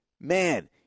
man